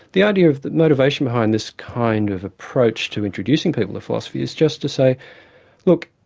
the idea of the motivation behind this kind of approach to introducing people of philosophy is just to say look,